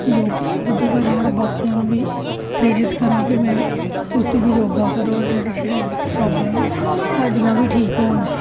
ਯੋਗਾ ਖੁਦ ਕਰਾਂ ਔਰ ਬਾਕੀਆਂ ਨੂੰ ਵੀ ਪ੍ਰੇਰਿਤ ਕਰਾਂ ਕਿ ਮੈਂ ਤੁਸੀਂ ਵੀ ਯੋਗਾ ਕਰੋ ਜਿਹੜੀ ਸਰੀਰ ਦੀ ਪ੍ਰੋਬਲਮ ਆ ਸਾਡੀਆਂ ਵੀ ਠੀਕ ਹੋਣ